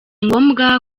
ngombwa